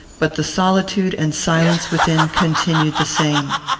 but the solitude and silence within continued the same.